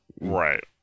Right